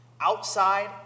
outside